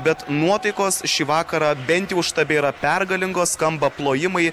bet nuotaikos šį vakarą bent jau štabe yra pergalingos skamba plojimai